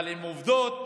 אבל עם עובדות